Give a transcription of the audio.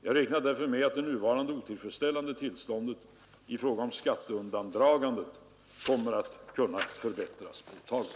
Jag räknar därför med att det ällande tillståndet i fråga om skatteundandragande nuvarande otillfre kommer att förbättras påtagligt